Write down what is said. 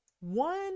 one